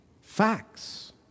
facts